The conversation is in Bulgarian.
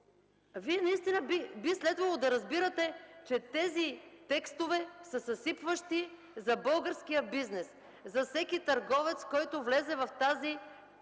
Вие наистина би следвало да разбирате, че тези текстове са съсипващи за българския бизнес, за всеки търговец, който влезе в тази процедура,